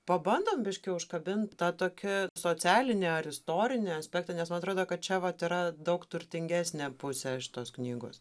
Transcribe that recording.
pabandom biškį užkabint tą tokį socialinį ar istorinį aspektą nes man atrodo kad čia vat yra daug turtingesnė pusė šitos knygos